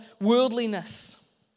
worldliness